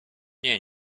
nie